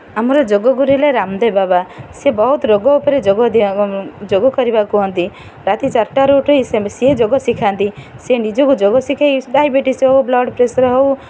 ଆମର ଯୋଗଗୁରୁ ହେଲେ ରାମଦେବ ବାବା ସେ ବହୁତ ରୋଗ ଉପରେ ଯୋଗ ଯୋଗ କରିବା କୁହନ୍ତି ରାତି ଚାରିଟାରୁ ଉଠି ସେ ଯୋଗ ଶିଖାନ୍ତି ସେ ନିଜକୁ ଯୋଗ ଶିଖାଇ ଡାଇବେଟିସ୍ ହେଉ ବ୍ଲଡ଼୍ ପ୍ରେସର୍ ହେଉ